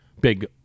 big